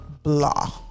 Blah